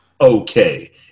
okay